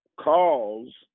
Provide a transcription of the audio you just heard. cause